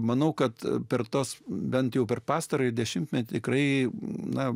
manau kad per tas bent jau per pastarąjį dešimtmetį tikrai na